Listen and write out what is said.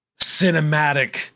cinematic